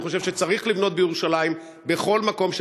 אני חושב שצריך לבנות בירושלים בכל מקום שניתן.